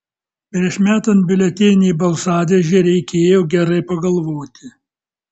prieš metant biuletenį į balsadėžę reikėjo gerai pagalvoti